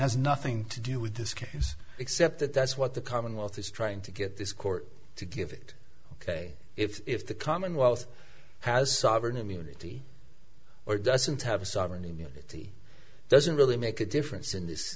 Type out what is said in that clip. has nothing to do with this case except that that's what the commonwealth is trying to get this court to give it if the commonwealth has sovereign immunity or doesn't have a sovereign immunity doesn't really make a difference in this